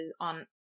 on